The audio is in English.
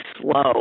slow